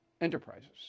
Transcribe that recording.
enterprises